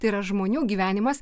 tai yra žmonių gyvenimas